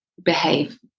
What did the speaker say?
behave